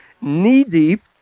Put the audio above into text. knee-deep